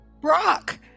Brock